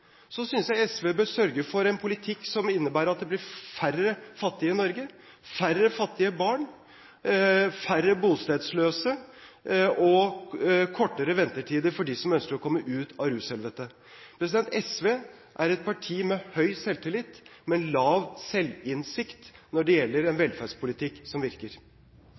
Så bruker vi disse pengene til arbeidsmarkedstiltak, til arbeidstrening og til å lage en tettere vei inn arbeidslivet. Men før SV kaster stein på Høyre, synes jeg at SV bør sørge for en politikk som innebærer at det blir færre fattige i Norge, færre fattige barn, færre bostedsløse og kortere ventetider for dem som ønsker å komme ut av rushelvetet. SV er et